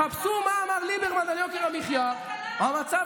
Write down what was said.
חפשו מה אמר ליברמן על יוקר המחיה: המצב